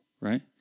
right